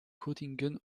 göttingen